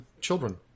children